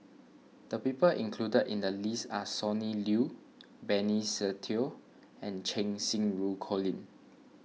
the people included in the list are Sonny Liew Benny Se Teo and Cheng Xinru Colin